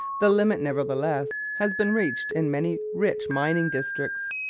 the limit, nevertheless, has been reached in many rich mining districts.